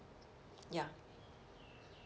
ya